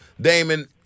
Damon